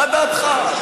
מה דעתך.